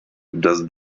das